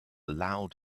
loud